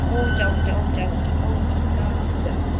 हुन्छ हुन्छ हुन्छ हुन्छ हुन्छ हुन्छ